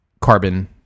carbon